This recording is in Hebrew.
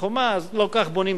אז: לא ככה בונים תקציב.